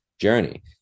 journey